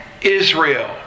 Israel